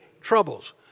troubles